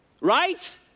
Right